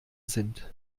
sind